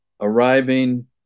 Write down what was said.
arriving